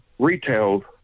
retail